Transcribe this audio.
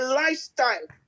lifestyle